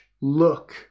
look